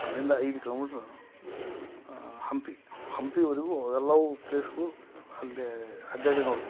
ಅಲ್ಲಿಂದ ಐದು ಕಿಲೋಮೀಟ್ರು ಹಂಪಿ ಹಂಪಿವರೆಗು ಎಲ್ಲವು ಪ್ಲೇಸ್ಗಳು ಅಲ್ಲಿ ಅಡ್ಡಾಡಿ ನೋಡಬೇಕು